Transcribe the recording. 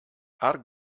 arc